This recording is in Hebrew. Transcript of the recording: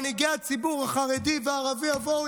מנהיגי הציבור החרדי והערבי יבואו,